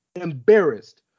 embarrassed